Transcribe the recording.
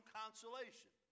consolation